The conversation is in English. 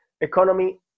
economy